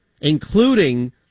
including